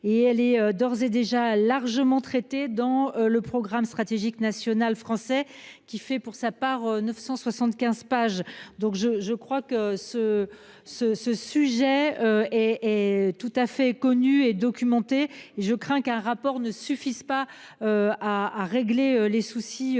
elle est d'ores et déjà largement traitée dans le programme stratégique national français qui fait pour sa part 975 pages donc je je crois que ce ce ce sujet et. Tout à fait connu et documenté et je crains qu'un rapport ne suffisent pas. À à régler les soucis qui